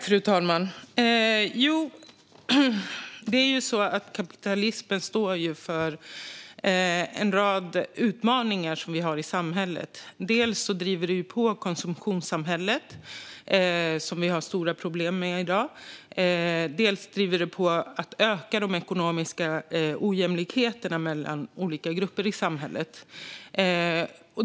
Fru talman! Kapitalismen står för en rad utmaningar som vi har i samhället. Dels driver den på konsumtionssamhället, som vi har stora problem med i dag, dels driver den på en ökning av de ekonomiska ojämlikheterna mellan olika grupper i samhället.